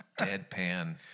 deadpan